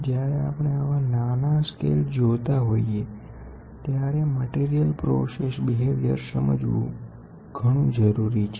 જ્યારે આપણે આવા નાના સ્કેલ જોતા હોઈએ ત્યારે મટીરીયલ પ્રોસેસ વર્તન સમજવું જરૂરી છે